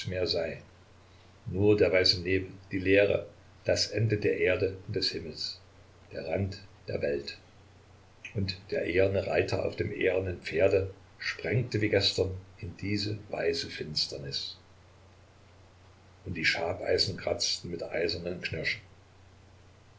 nur der weiße nebel die leere das ende der erde und des himmels der rand der welt und der eherne reiter auf dem ehernen pferde sprengte wie gestern in diese weiße finsternis und die schabeisen kratzten mit eisernem knirschen